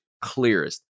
clearest